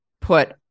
put